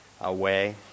away